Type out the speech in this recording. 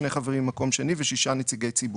שני חברים במקום שני ושישה חברים נציגי ציבור.